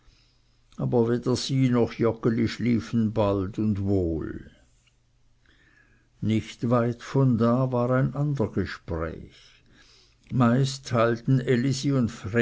aber weder sie noch joggeli schliefen bald und wohl nicht weit von da war ein ander gespräch meist teilten elisi